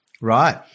Right